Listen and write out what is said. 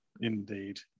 indeed